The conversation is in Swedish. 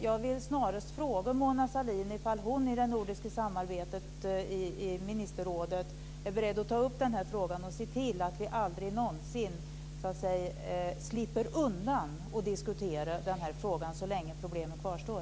Jag vill fråga Mona Sahlin om hon i det nordiska samarbetet i ministerrådet är beredd att ta upp den frågan och se till att vi aldrig någonsin slipper undan att diskutera frågan så länge problemet kvarstår.